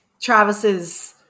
Travis's